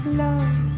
love